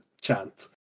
chant